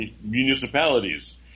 municipalities